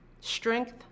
Strength